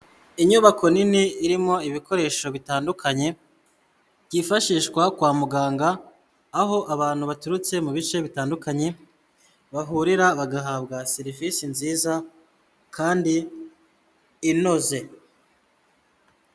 Inyubako nini irimo ibikoresho bitandukanye, byifashishwa kwa muganga, aho abantu baturutse mu bice bitandukanye, bahurira bagahabwa serivisi nziza kandi inoze.